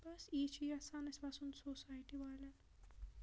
بَس یی چھِ یژھان أسۍ وَژھن سوسایٹی والٮ۪ن